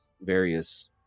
various